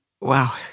wow